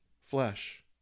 flesh